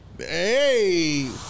Hey